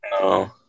No